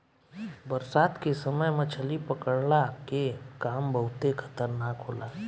बरसात के समय मछली पकड़ला के काम बहुते खतरनाक होला